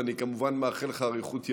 ואני כמובן מאחל לך אריכות ימים.